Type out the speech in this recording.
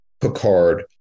Picard